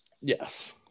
Yes